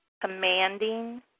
commanding